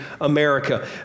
America